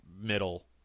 middle